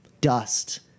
dust